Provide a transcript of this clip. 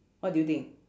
what do you think